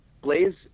Blaze